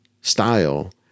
style